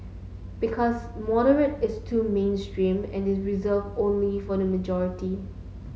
because moderate is too mainstream and is reserve only for the majority